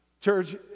church